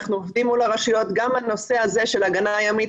אנחנו עובדים מול הרשויות גם על הנושא הזה של ההגנה הימית.